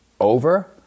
over